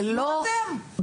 זה לא --- תבנו אתם,